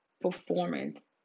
performance